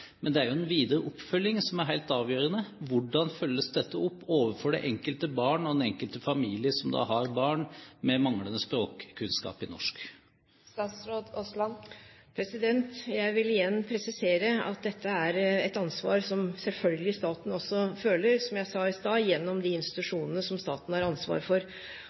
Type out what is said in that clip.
Men det er jo den videre oppfølgingen som er helt avgjørende. Hvordan følges dette opp overfor det enkelte barn og den enkelte familie som har barn med manglende språkkunnskaper i norsk? Jeg vil igjen presisere at dette er et ansvar som selvfølgelig staten også føler – som jeg sa i stad – gjennom de institusjonene som staten har ansvar for.